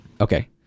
okay